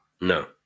No